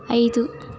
ಐದು